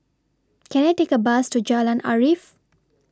Can I Take A Bus to Jalan Arif